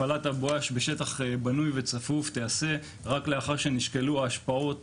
הפעלת ה"בואש" בשטח בנוי וצפוף תיעשה רק לאחר שנשקלו ההשפעות